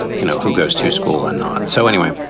you know, who goes to school and not. so anyway,